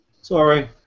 Sorry